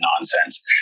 nonsense